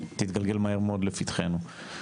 תתגלגל מהר מאוד לפתחינו.